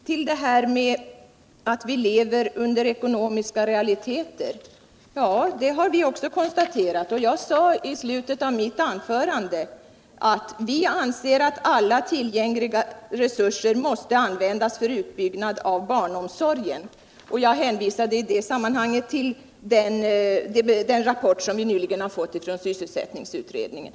Herr talman! Att vi lever under ekonomiska realiteter har vi också konstaterat. Jag sade i slutet av mitt förra anförande att vi anser att alla tuillgängliga resurser måste användas för utbyggnad av barnomsorgen. Jag hänvisade I det sammanhanget till den rapport vi nyligen fåu från svsselsättningsutredningen.